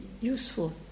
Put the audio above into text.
useful